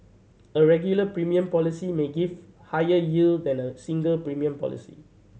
a regular premium policy may give higher yield than a single premium policy